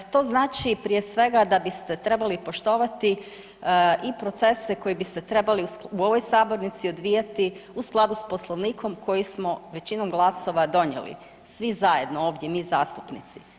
To znači prije svega da biste trebali poštovati i procese koji bi se trebali, u ovoj sabornici odvijati u skladu s Poslovnikom koji smo većinom glasova donijeli, svi zajedno ovdje mi zastupnici.